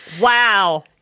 Wow